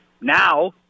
now